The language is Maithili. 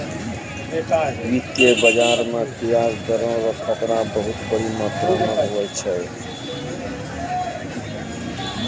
वित्तीय बाजार मे ब्याज दर रो खतरा बहुत बड़ो मात्रा मे हुवै छै